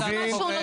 מה זה קשור?